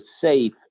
safe